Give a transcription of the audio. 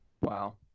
wow